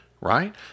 Right